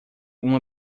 uma